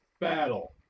battle